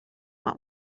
want